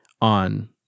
on